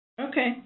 Okay